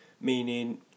meaning